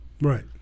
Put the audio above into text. Right